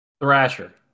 Thrasher